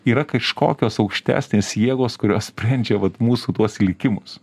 yra kažkokios aukštesnės jėgos kurios sprendžia vat mūsų tuos likimus